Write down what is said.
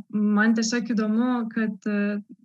man tiesiog įdomu kad